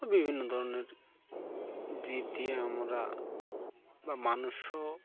বিভিন্ন ধরনের দ দিয়ে আমরা বা মানুষও